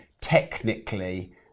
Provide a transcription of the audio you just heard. technically